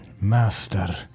Master